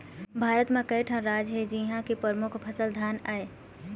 भारत म कइठन राज हे जिंहा के परमुख फसल धान आय